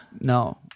no